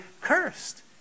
cursed